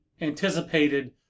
anticipated